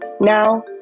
Now